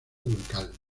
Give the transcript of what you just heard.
local